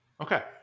Okay